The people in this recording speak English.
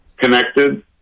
connected